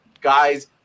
guys